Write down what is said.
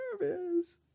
nervous